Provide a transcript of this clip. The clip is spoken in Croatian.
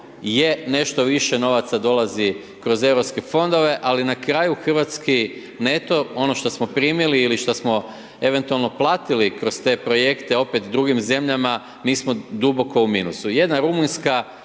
je, nešto više novaca dolazi kroz EU fondove, ali na kraju hrvatski neto, ono što smo primili ili šta smo eventualno platili kroz te projekte opet drugim zemljama, mi smo duboko u minusu. Jedna Rumunjska